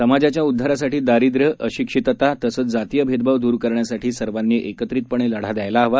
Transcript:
समाजाच्या उद्वारासाठी दारिद्र अशिक्षितता तसंच जातीय भेदभाव दूर करण्यासाठी सर्वांनी एकत्रीतपणे लढा द्यायला हवा